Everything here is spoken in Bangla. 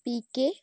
পিকে